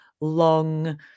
long